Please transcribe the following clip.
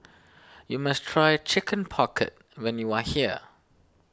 you must try Chicken Pocket when you are here